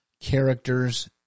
characters